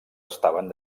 estaven